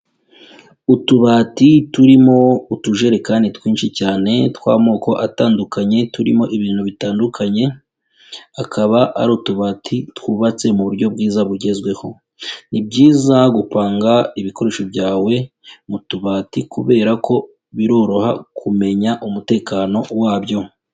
Utubati turimo utujerekani twinshi cyane tw'amoko atandukanye turimo ibintu bitandukanye, akaba ari utubati twubatse mu buryo bwiza bugezweho, ni byiza gupanga ibikoresho byawe mu tubati kubera ko biroroha kumenya umutekano wabyo.